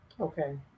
okay